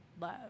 love